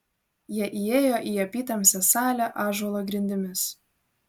jie įėjo į apytamsę salę ąžuolo grindimis